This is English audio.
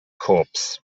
corpse